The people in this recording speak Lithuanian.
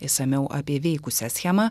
išsamiau apie veikusią schemą